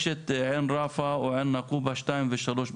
יש את עין רפא או עין נקובא, שתיים ושלוש בסולם,